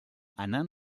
anant